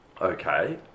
Okay